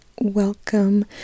welcome